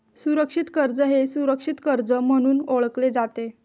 सुरक्षित कर्ज हे सुरक्षित कर्ज म्हणून ओळखले जाते